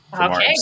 Okay